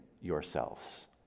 yourselves